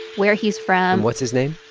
where he's from what's his name?